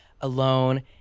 alone